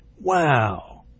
Wow